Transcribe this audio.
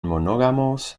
monógamos